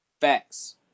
Facts